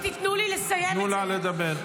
תנו לה לדבר.